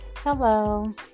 Hello